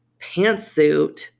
pantsuit